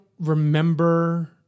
remember